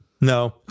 no